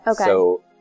Okay